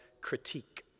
Critique